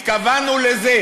התכוונו לזה,